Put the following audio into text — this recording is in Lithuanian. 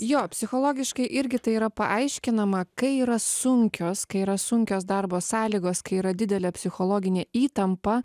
jo psichologiškai irgi tai yra paaiškinama kai yra sunkios kai yra sunkios darbo sąlygos kai yra didelė psichologinė įtampa